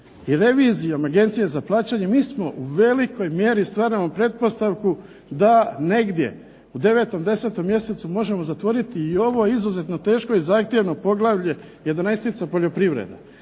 i revizijom Agencije za plaćanje mi smo u velikoj mjeri, stvaramo pretpostavku da negdje u 9., 10. mjesecu možemo zatvoriti i ovo izuzetno teško i zahtjevno poglavlje 11. poljoprivreda.